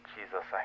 Jesus